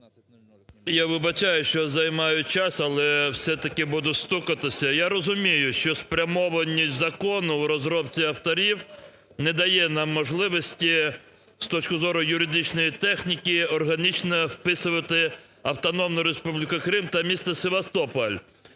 Я вибачаюсь, що займаю час, але все-таки буду стукатись. Я розумію, що спрямованість закону в розробці авторів не дає нам можливості з точки зору юридичної техніки органічно вписувати Автономну Республіку Крим та місто Севастополь.